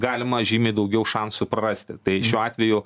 galima žymiai daugiau šansų prarasti tai šiuo atveju